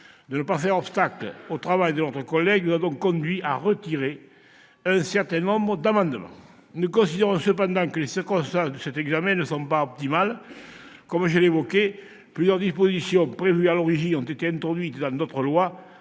de ne pas faire obstacle au travail de notre collègue nous a donc conduits à retirer un certain nombre d'amendements. Nous considérons néanmoins que les circonstances de cet examen ne sont pas optimales. Comme je l'évoquais, plusieurs dispositions prévues à l'origine ont été introduites dans d'autres lois,